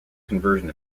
conversion